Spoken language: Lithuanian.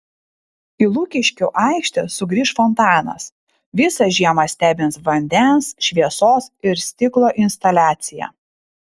į lukiškių aikštę sugrįš fontanas visą žiemą stebins vandens šviesos ir stiklo instaliacija